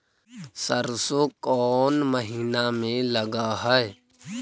सरसों कोन महिना में लग है?